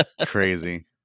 crazy